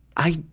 i,